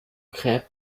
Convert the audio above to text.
gräbt